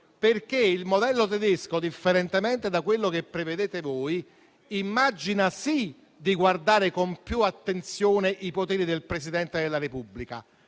Stato. Il modello tedesco, infatti, differentemente da quello che prevedete voi, immagina sì di guardare con più attenzione ai poteri del Presidente della Repubblica,